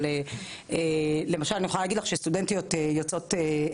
אבל למשל אני יכולה להגיד לך שסטודנטיות יוצאות אתיופיה